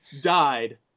died